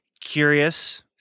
curious